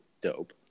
dope